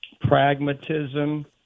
pragmatism